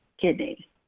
kidney